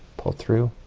pull through,